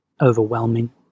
overwhelming